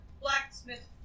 blacksmith